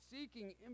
seeking